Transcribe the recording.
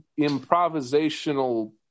improvisational